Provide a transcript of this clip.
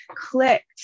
clicked